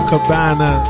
Cabana